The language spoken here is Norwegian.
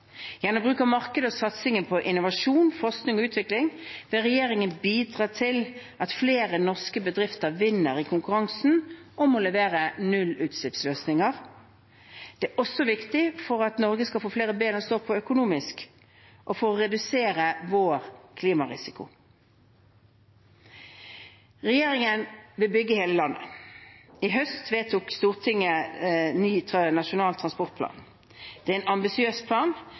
Gjennom bruk av markedet og satsing på innovasjon, forskning og utvikling vil regjeringen bidra til at flere norske bedrifter vinner i konkurransen om å levere nullutslippsløsninger. Det er også viktig for at Norge skal få flere ben å stå på økonomisk, og for å redusere vår klimarisiko. Regjeringen vil bygge hele landet. I høst vedtok Stortinget ny Nasjonal transportplan. Det er en ambisiøs plan,